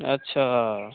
अच्छा